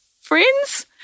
friends